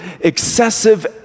excessive